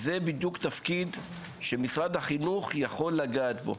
זה בדיוק תפקיד שמשרד החינוך יכול לגעת בו,